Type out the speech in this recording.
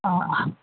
ആഹ്